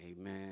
amen